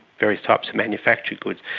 various types of manufactured goods.